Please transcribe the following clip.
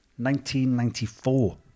1994